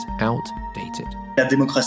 outdated